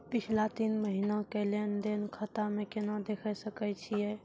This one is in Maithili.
पिछला तीन महिना के लेंन देंन खाता मे केना देखे सकय छियै?